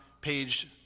page